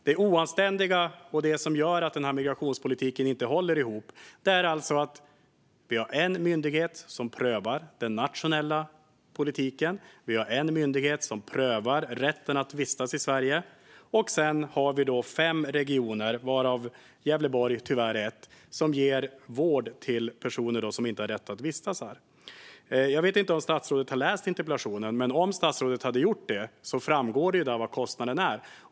Det oanständiga och det som gör att den här migrationspolitiken inte håller ihop är alltså att vi har en myndighet som prövar den nationella politiken, en myndighet som prövar rätten att vistas i Sverige och fem regioner, varav Gävleborg tyvärr är en, som ger vård till personer som inte har rätt att vistas här. Jag vet inte om statsrådet har läst interpellationen, men det framgår där vad kostnaden är.